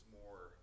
more